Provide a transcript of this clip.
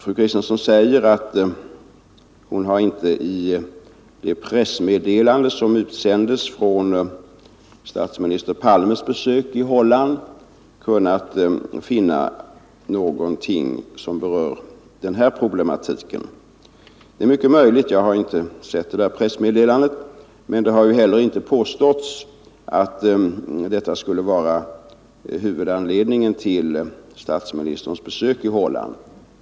Fru Kristensson säger att hon i det pressmeddelande som utsändes från statsminister Palmes besök i Holland inte kunnat finna någonting som berör denna problematik. Det är mycket möjligt — jag har inte sett pressmeddelandet —- men det har heller inte påståtts att detta skulle vara huvudanledningen till statsministerns besök i Holland.